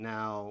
Now